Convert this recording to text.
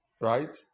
right